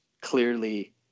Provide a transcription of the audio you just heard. clearly